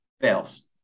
fails